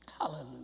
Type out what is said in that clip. hallelujah